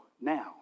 now